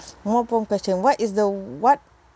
more prompt question what is the what